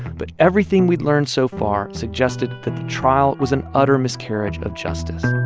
but everything we'd learned so far suggested that the trial was an utter miscarriage of justice